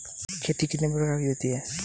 खेती कितने प्रकार की होती है?